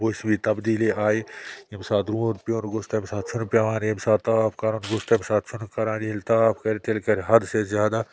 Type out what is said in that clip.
موسمی تبدیٖلی آیہِ ییٚمہِ ساتہٕ روٗد پیٚوُن گوٚژھ تمہِ ساتہٕ چھُنہٕ پیٚوان ییٚمہِ ساتہٕ تاپھ کَرُن گوٚژھ تمہِ ساتہٕ چھُنہٕ کَران ییٚلہِ تاپھ کَرِ تیٚلہِ کَرِ حد سے زیادٕ